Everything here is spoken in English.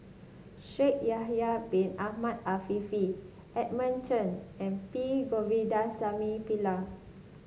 Shaikh Yahya Bin Ahmed Afifi Edmund Cheng and P Govindasamy Pillai